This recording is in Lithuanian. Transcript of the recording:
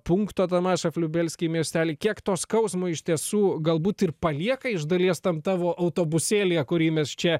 punkto tamašof liubielsky miestely kiek to skausmo iš tiesų galbūt ir palieka iš dalies tam tavo autobusėlyje kurį mes čia